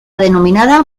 denominada